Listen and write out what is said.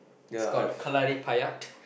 it's called Kalarippayattu